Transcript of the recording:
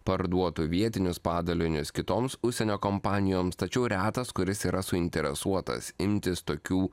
parduotų vietinius padalinius kitoms užsienio kompanijoms tačiau retas kuris yra suinteresuotas imtis tokių